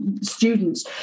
students